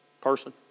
person